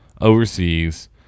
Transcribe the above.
overseas